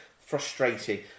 frustrating